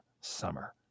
Summer